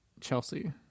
Chelsea